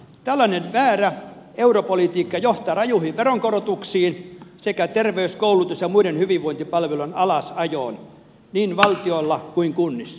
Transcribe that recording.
tällainen väärä europolitiikka johtaa rajuihin veronkorotuksiin sekä terveys koulutus ja muiden hyvinvointipalvelujen alasajoon niin valtiolla kuin kunnissa